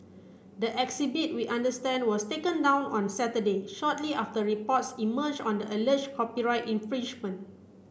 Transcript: the exhibit we understand was taken down on Saturday shortly after reports emerged on the alleged copyright infringement